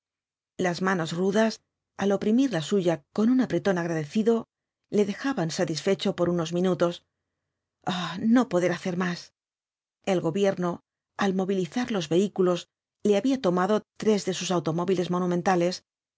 las manos rudas al oprimir la suya con un apretón agradecido le dejaban satisfecho por unos minutos ay no poder hacer más el gobierno al movilizar los vehículos le había tomado tres de sus automóviles monumentales